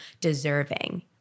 deserving